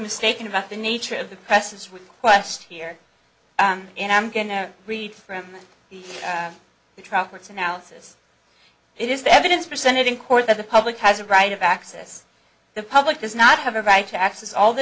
mistaken about the nature of the press request here and i'm going to read from the traffic's analysis it is the evidence presented in court that the public has a right of access the public does not have a right to access all the